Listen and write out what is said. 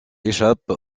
échappe